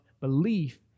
belief